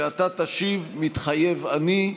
ואתה תשיב: "מתחייב אני".